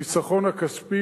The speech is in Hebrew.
החיסכון הכספי